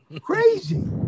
Crazy